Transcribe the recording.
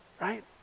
right